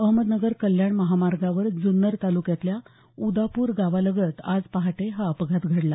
अहमदनगर कल्याण महामार्गावर जुन्नर तालुक्यातल्या उदापूर गावालगत आज पहाटे हा अपघात झाला